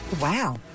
Wow